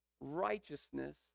righteousness